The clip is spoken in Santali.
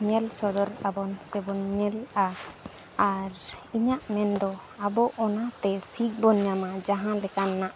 ᱧᱮᱞ ᱥᱚᱫᱚᱨᱮ ᱟᱵᱚᱱ ᱥᱮ ᱵᱚᱱ ᱧᱮᱞᱟ ᱟᱨ ᱤᱧᱟᱹᱜ ᱢᱮᱱᱫᱚ ᱟᱵᱚ ᱚᱱᱟᱛᱮ ᱥᱤᱠ ᱵᱚᱱ ᱧᱟᱢᱟ ᱡᱟᱦᱟᱸ ᱞᱮᱠᱟᱱᱟᱜ